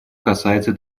касается